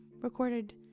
recorded